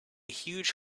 huge